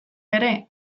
ere